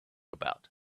about